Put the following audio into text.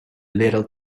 little